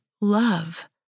love